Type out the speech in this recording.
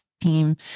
team